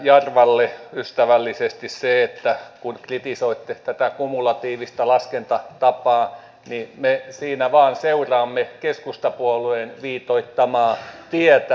edustaja jarvalle ystävällisesti se että kun kritisoitte tätä kumulatiivista laskentatapaa niin me siinä vain seuraamme keskustapuolueen viitoittamaa tietä